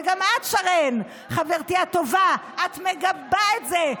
וגם את, שרן, חברתי טובה, את מגבה את זה.